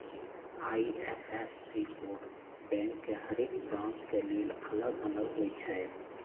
IFSC code bank के हरेक branch के लेल अलग अलग होई छै